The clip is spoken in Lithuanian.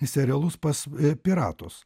serialus pas piratus